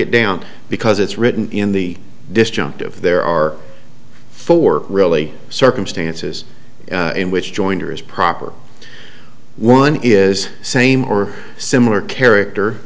it down because it's written in the disjunctive there are four really circumstances in which joyner is proper one is same or similar character